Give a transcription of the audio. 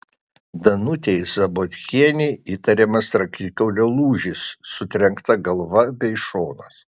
danutei zabotkienei įtariamas raktikaulio lūžis sutrenkta galva bei šonas